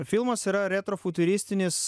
filmas yra retro futuristinis